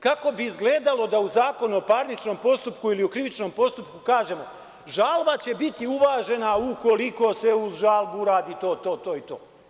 Kako bi izgledalo da u Zakonu o parničnom postupku ili u krivičnom postupku kažemo – žalba će biti uvažena ukoliko se uz žalbu uradi to, to, to i to?